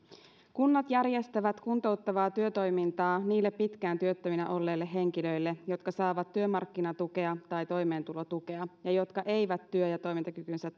kunnat järjestävät kuntouttavaa työtoimintaa niille pitkään työttöminä olleille henkilöille jotka saavat työmarkkinatukea tai toimeentulotukea ja jotka eivät työ ja toimintakykynsä